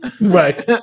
Right